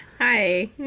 Hi